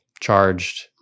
charged